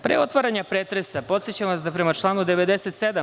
Pre otvaranja pretresa, podsećam vas da prema članu 97.